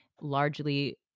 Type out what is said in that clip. largely